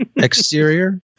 exterior